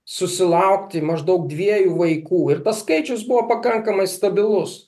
susilaukti maždaug dviejų vaikų ir tas skaičius buvo pakankamai stabilus